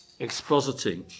expositing